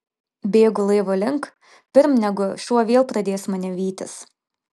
bėgu laivo link pirm negu šuo vėl pradės mane vytis